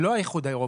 לא האיחוד האירופי.